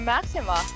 Maxima